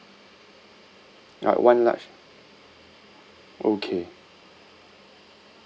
uh one large okay